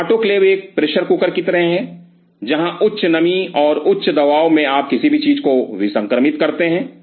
तो आटोक्लेव एक pressure cooker की तरह है जहां उच्च नमी और उच्च दबाव में आप किसी भी चीज को विसंक्रमित करते हैं